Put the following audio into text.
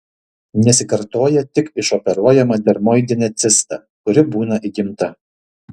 nesikartoja tik išoperuojama dermoidinė cista kuri būna įgimta